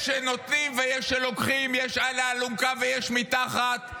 יש שנותנים ויש שלוקחים, יש על האלונקה ויש מתחת.